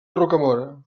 rocamora